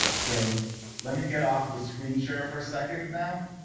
so let me get off of the screen share for a second now.